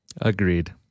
Agreed